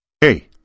Hey